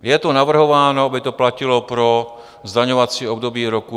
Je to navrhováno, aby to platilo pro zdaňovací období roku 2022.